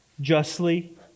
justly